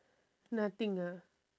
nothing ah